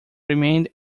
remained